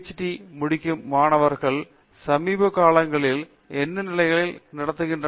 D degree முடிக்கும் மாணவர்கள் சமீப காலங்களில் என்ன நிலைகள் அடைத்துள்ளனர்